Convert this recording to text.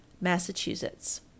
Massachusetts